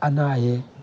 ꯑꯅꯥ ꯑꯌꯦꯛ